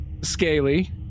Scaly